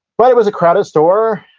but, it was a crowded store,